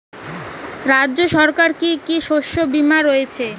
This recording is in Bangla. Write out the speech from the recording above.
রাজ্য সরকারের কি কি শস্য বিমা রয়েছে?